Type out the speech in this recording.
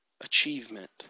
achievement